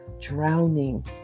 drowning